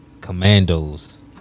Commandos